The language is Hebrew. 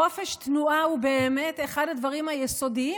חופש תנועה הוא באמת אחד הדברים היסודיים